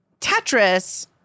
Tetris